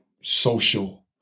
social